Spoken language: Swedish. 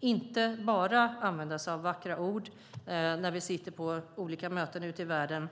Det är inte bara att använda sig av vackra ord när vi sitter på olika möten ute i världen